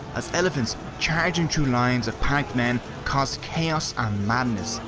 as elephants charging through lines of panicked men caused chaos and madness,